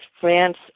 France